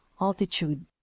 altitude